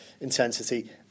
intensity